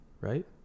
right